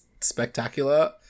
spectacular